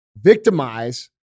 victimize